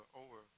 over